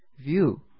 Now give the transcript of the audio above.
view